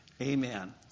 Amen